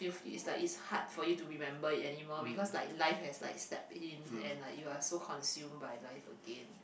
it's like it's hard for you to remember it anymore because like life has like step in and like you're so consume by life again